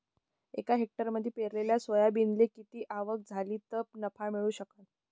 एका हेक्टरमंदी पेरलेल्या सोयाबीनले किती आवक झाली तं नफा मिळू शकन?